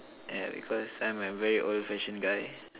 yeah because I'm a very old fashion guy